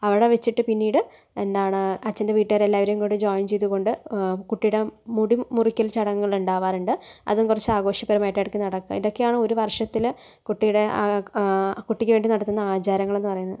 അവിടെ വെച്ചിട്ട് പിന്നീട് എന്താണ് അച്ഛൻ്റെ വീട്ടുകാർ എല്ലാവരുംകൂടി ജോയിൻ ചെയ്തുകൊണ്ട് കുട്ടിയുടെ മുടിമുറിക്കൽ ചടങ്ങുകളുണ്ടാവാറുണ്ട് അതും കുറച്ച് ആഘോഷപരമായിട്ട് എടയ്ക്ക് നടക്കാറുണ്ട് ഇതൊക്കെയാണ് ഒരു വർഷത്തില് കുട്ടിയുടെ കുട്ടിക്ക് വേണ്ടി നടത്തുന്ന ആചാരങ്ങളെന്ന് പറയുന്നത്